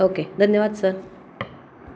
okay धन्यवाद sir